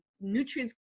nutrients